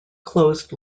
closed